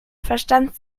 verstand